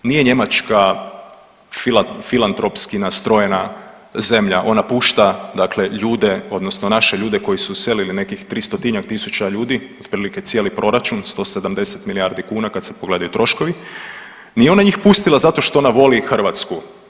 Nije Njemačka filantropski nastrojena zemlja, ona pušta dakle ljude, odnosno naše ljude koji su odselili, nekih 300-tinjak tisuća ljudi, otprilike cijeli proračun, 170 milijardi kuna kad se pogledaju troškovi, nije ona njih pustila zato što voli Hrvatsku.